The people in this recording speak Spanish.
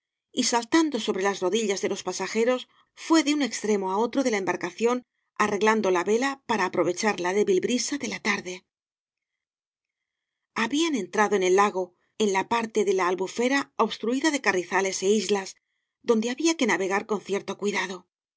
y saltando sobre las rodillas de los pasajeros fué de un extremo á otro de la embarcación arreglan do la vela para aprovechar la débil brisa de la tarde habían entrado en el lago en la parte de la albufera obstruida de carrizales é islas donde había que navegar con cierto cuidado